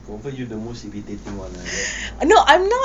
confirm you the most irritating one I bet